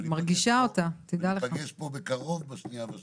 ניפגש פה בקרוב בקריאה השנייה והשלישית.